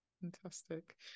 fantastic